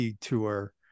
tour